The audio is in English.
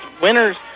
winners